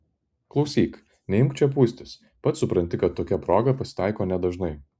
klausyk neimk čia pūstis pats supranti kad tokia proga pasitaiko nedažnai